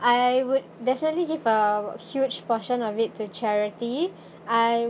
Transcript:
I would definitely give a huge portion of it to charity I